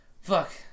Fuck